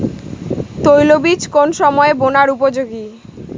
তৈলবীজ কোন সময়ে বোনার উপযোগী?